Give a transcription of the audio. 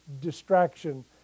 distraction